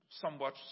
somewhat